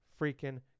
freaking